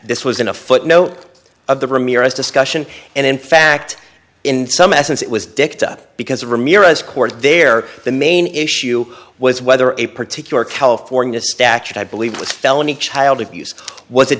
this was in a footnote of the ramirez discussion and in fact in some essence it was dicta because of ramirez court there the main issue was whether a particular california statute i believe was felony child abuse was